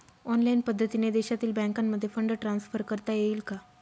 Online पद्धतीने देशातील बँकांमध्ये फंड ट्रान्सफर करता येईल का?